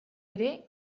ere